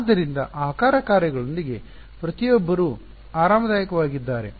ಆದ್ದರಿಂದ ಆಕಾರ ಕಾರ್ಯಗಳೊಂದಿಗೆ ಪ್ರತಿಯೊಬ್ಬರೂ ಆರಾಮದಾಯಕವಾಗಿದ್ದಾರೆ